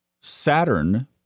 saturn